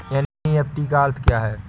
NEFT का अर्थ क्या है?